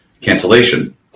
cancellation